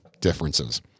differences